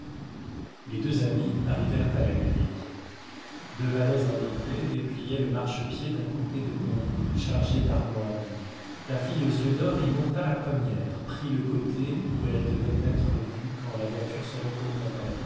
les deux amis arrivèrent à la grille deux valets en livrée dépliaient le marchepied d'un coupé de bon goût chargé d'armoiries la fille aux yeux d'or y monta la première prit le côté où elle devait être vue quand la voiture se